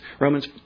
Romans